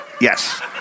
Yes